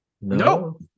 no